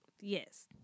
yes